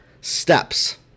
steps